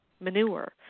manure